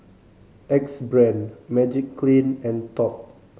Axe Brand Magiclean and Top